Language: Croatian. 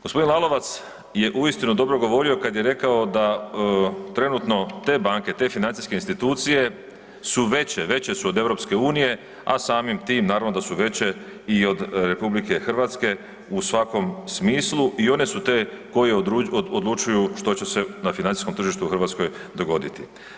Gospodin Lalovac je uistinu dobro govorio kada je rekao da trenutno te banke, te financijske institucije su veće, veće su od EU, a samim tim naravno da su veće i od RH u svakom smislu i one su te koje odlučuju što će se na financijskom tržištu u Hrvatskoj dogoditi.